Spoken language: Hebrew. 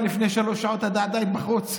הוציאו אותך לפני שלוש שעות, אתה עדיין בחוץ?